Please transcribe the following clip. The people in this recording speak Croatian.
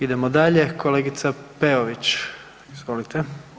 Idemo dalje, kolegica Peović, izvolite.